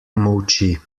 molči